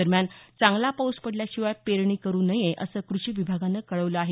दरम्यान चांगला पाऊस पडल्या शिवाय पेरणी करू नये असं कृषी विभागानं कळवलं आहे